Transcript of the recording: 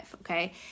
okay